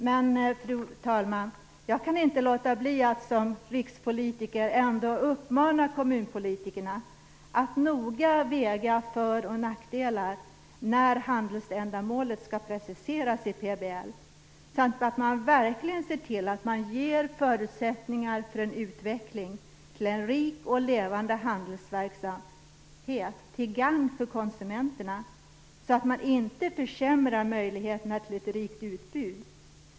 Men, fru talman, jag kan inte låta bli att som rikspolitiker uppmana kommunpolitikerna att noga väga för och nackdelar när handelsändamålet skall preciseras i plan och bygglagen samt att man verkligen ser till att man ger förutsättningar för en utveckling till en rik och levande handelsverksamhet till gagn för konsumenterna, så att man inte försämrar möjligheterna till ett rikt utbud.